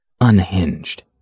unhinged